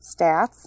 stats